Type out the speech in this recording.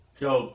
Job